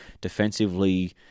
defensively